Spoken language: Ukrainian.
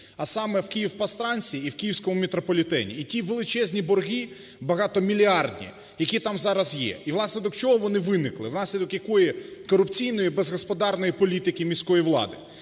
а саме в "Київпастрансі" і в київському метрополітені, і ті величезні борги, багатомільярдні, які там зараз є. І внаслідок чого вони виникли, внаслідок якої корупційної безгосподарної політики міської влади?